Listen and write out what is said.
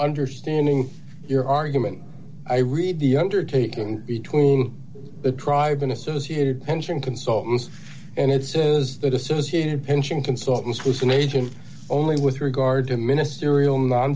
understanding your argument i read the undertaking between the tribe and associated pension consultants and it says that assumes him pension consultants was an agent only with regard to ministerial non